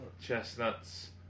Chestnuts